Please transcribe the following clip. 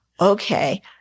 okay